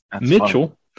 Mitchell